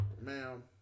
ma'am